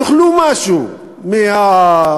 תאכלו משהו מהתפריט.